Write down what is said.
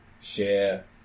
share